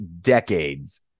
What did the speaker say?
decades